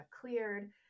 cleared